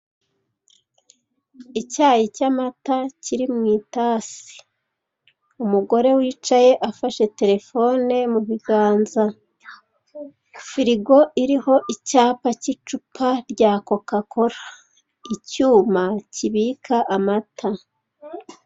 Icyayi cy'amata kiri mu itasi, umugore wicaye afashe telefone mu biganza, firigo iriho icyapa cy'icupa rya coca- cola icyuma kibika amata.